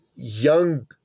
Young